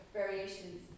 variations